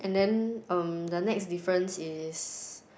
and then um the next difference is